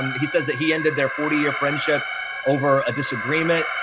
and he says that he ended their forty year friendship over a disagreement.